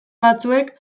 batzuek